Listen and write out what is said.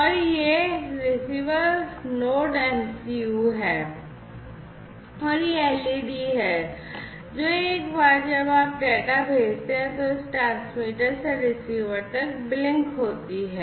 और यह यह रिसीवर Node MCU है और यह एलईडी है जो एक बार जब आप डेटा भेजते हैं तो इस ट्रांसमीटर से रिसीवर तक ब्लिंक होती है